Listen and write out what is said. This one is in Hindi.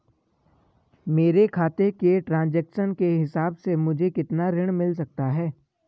मेरे खाते के ट्रान्ज़ैक्शन के हिसाब से मुझे कितना ऋण मिल सकता है?